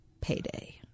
payday